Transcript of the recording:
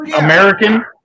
American